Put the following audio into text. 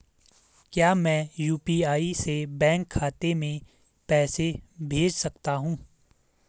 क्या मैं यु.पी.आई से बैंक खाते में पैसे भेज सकता हूँ?